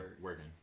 working